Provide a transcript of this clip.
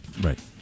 Right